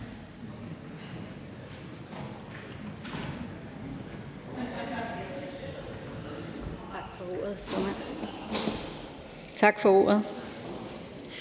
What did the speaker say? Tak for ordet.